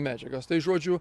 medžiagas tai žodžiu